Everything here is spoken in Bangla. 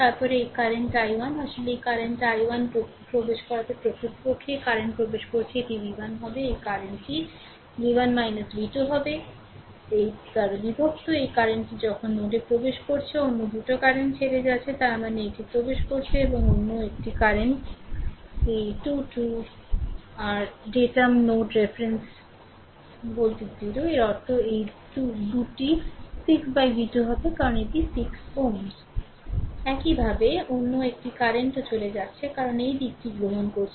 তারপরে এই কারেন্টi1 আসলে এই কারেন্টi1 এ প্রবেশ করাতে প্রকৃতপক্ষে এই কারেন্ট প্রবেশ করছে এটি V 1 হবে এই কারেন্ট টি V 1 V 2 হবে 8 বাই বিভক্ত এই কারেন্ট টি তখন নোডে প্রবেশ করছে অন্য 2 কারেন্ট ছেড়ে যাচ্ছে তার মানে এটি প্রবেশ করছে এবং অন্য একটি কারেন্টএই 2 2 rডেটাম node reference node reference voltage 0 এর অর্থ এই 2 টি 6 বাই v2 হবে কারণ এটি 6 Ω Ω একইভাবে অন্য একটি কারেন্ট ও চলে যাচ্ছে কারণ এই দিকটি গ্রহণ করেছে